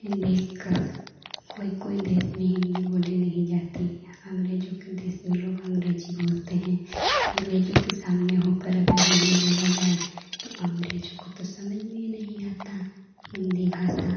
हिन्दी का कोई कोई देश में हिन्दी बोली नहीं जाती अँग्रेजों के देश में लोग अँग्रेजी बोलते हैं अँग्रेजों के सामने होकर अगर हिन्दी बोली जाए तो अँग्रेजों की तो समझ में नहीं आती हिन्दी भाषा